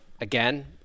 again—